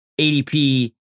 ADP